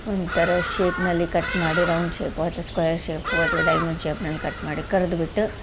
ಒಂಥರ ಶೇಪ್ನಲ್ಲಿ ಕಟ್ ಮಾಡಿ ರೌಂಡ್ ಶೇಪು ಅಥವಾ ಸ್ಕ್ವೇರ್ ಶೇಪು ಅಥವಾ ಡೈಮಂಡ್ ಶೇಪ್ನಲ್ಲಿ ಕಟ್ ಮಾಡಿ ಕರ್ದು ಬಿಟ್ಟು